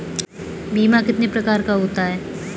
बीमा कितने प्रकार का होता है?